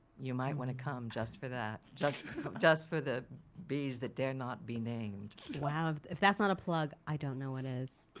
you might want to come just for that. just just for the bees that dare not be named. wow if that's not a plug, i don't know what is.